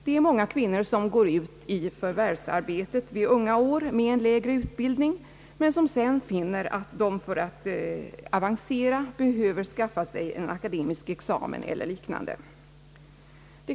Det är många kvinnor som i unga år går ut i förvärvsarbetet med en lägre utbildning men som sedan finner att de för att avancera behöver skaffa sig en akademisk examen eller liknande.